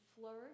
flourish